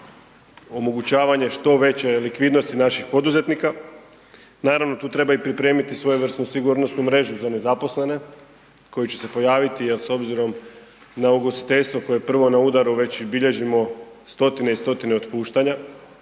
omogućavanje što veće likvidnosti naših poduzetnika. Naravno tu treba pripremiti svojevrsnu sigurnosnu mrežu za nezaposlene koji će se pojaviti jel s obzirom na ugostiteljstvo koje je prvo na udaru, već bilježimo stotine i stotine otpuštanja